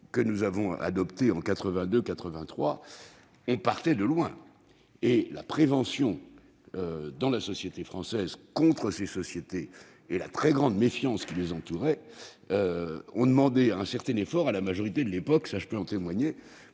Je peux vous dire que l'on partait de loin ! La prévention, dans la société française, contre ces sociétés et la très grande méfiance qui les entourait ont demandé un certain effort à la majorité de l'époque- je peux en témoigner